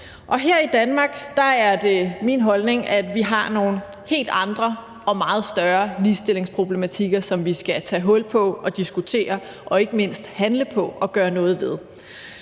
her i Danmark er det min holdning at vi har nogle helt andre og meget større ligestillingsproblematikker, som vi skal tage hul på og diskutere og ikke mindst handle på og gøre noget ved.